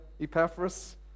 Epaphras